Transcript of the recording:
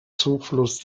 zufluss